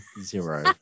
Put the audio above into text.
zero